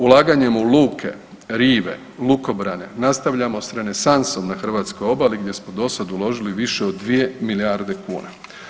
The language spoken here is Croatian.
Ulaganjem u luke, rive, lukobrane nastavljamo s renesansom na hrvatskoj obali gdje smo do sad uložili više od dvije milijarde kuna.